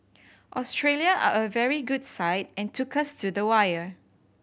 Australia are a very good side and took us to the wire